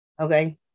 Okay